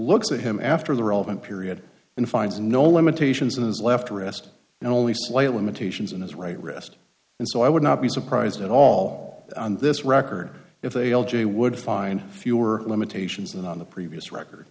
looks at him after the relevant period and finds no limitations in his left wrist and only slightly imitation is in his right wrist and so i would not be surprised at all on this record if they l j would find fewer limitations and on the previous record